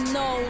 no